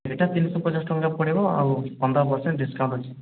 ଏଇଟା ତିନିଶହ ପଚାଶ ଟଙ୍କା ପଡ଼ିବ ଆଉ ପନ୍ଦର ପେରସେଣ୍ଟ ଡିସକାଉଣ୍ଟ ଅଛି